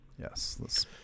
Yes